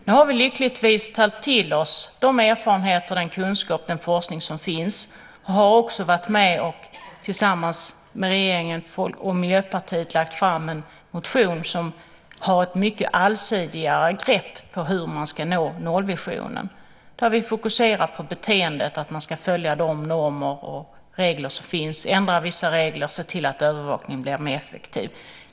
Nu har vi lyckligtvis tagit till oss av de erfarenheter, den kunskap och forskning som finns, och vi har tillsammans med regeringen och Miljöpartiet lagt fram en proposition med ett mycket allsidigare grepp på hur vi ska nå nollvisionen. Vi fokuserar på beteendet att följa de normer och regler som finns, ändra vissa regler och se till att övervakningen blir mer effektiv.